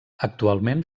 actualment